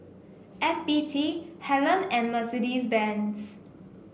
F B T Helen and Mercedes Benz